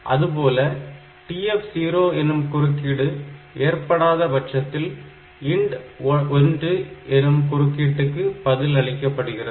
அதுபோல TF0 எனும் குறுக்கீடு ஏற்படாத பட்சத்தில் INT1 எனும் குறுக்கீட்டுக்கு பதில் அளிக்கப்படுகிறது